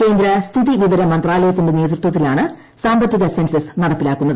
കേന്ദ്ര സ്ഥിതി വിവര മന്ത്രാലയത്തിന്റെ നേതൃത്വത്തിലാണ് സാമ്പത്തിക സെൻസസ് നടപ്പിലാക്കുന്നത്